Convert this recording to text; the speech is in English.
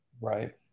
Right